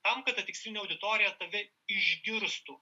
tam kad ta tikslinė auditorija tave išgirstų